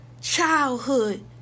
childhood